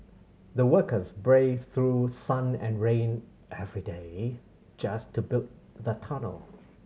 the workers braved through sun and rain every day just to build the tunnel